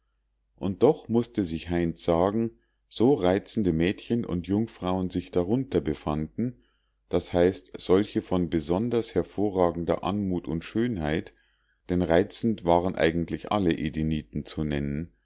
und doch mußte sich heinz sagen so reizende mädchen und jungfrauen sich darunter befanden das heißt solche von besonders hervorragender anmut und schönheit denn reizend waren eigentlich alle edeniten zu nennen